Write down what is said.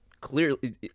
clearly